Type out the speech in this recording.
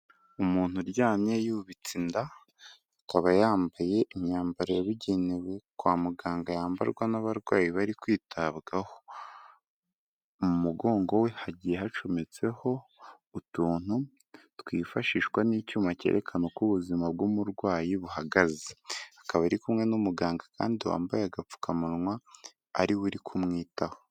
Umuntu uryamye yubitse inda, akaba yambaye imyambaro yabugenewe kwa muganga yambarwa n'abarwayi bari kwitabwaho. Mu mugongo we hagiye hacometseho utuntu twifashishwa n'icyuma cyerekana uko ubuzima bw'umurwayi buhagaze, akaba ari kumwe n'umuganga kandi wambaye agapfukamunwa, ari we uri kumwitaho.